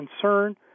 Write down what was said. concern